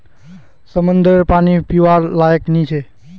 समंद्ररेर पानी पीवार लयाक नी छे